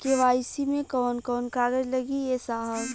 KYC मे कवन कवन कागज लगी ए साहब?